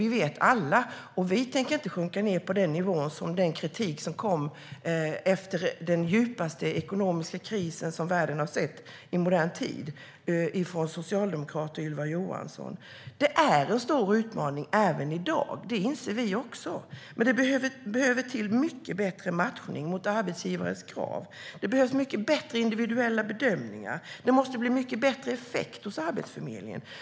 Det vet vi alla, och vi tänker inte sjunka ned till nivån på den kritik som kom från socialdemokraten Ylva Johansson efter den djupaste ekonomiska kris som regeringen har sett i modern tid. Vi inser att det är en stor utmaning. Men det måste till mycket bättre matchning mot arbetsgivares krav. Det behövs mycket bättre individuella bedömningar. Det måste bli mycket bättre effekt hos Arbetsförmedlingen.